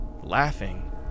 laughing